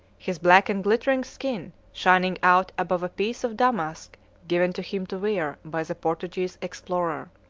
his black and glittering skin shining out above a piece of damask given to him to wear by the portuguese explorer.